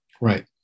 Right